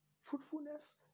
Fruitfulness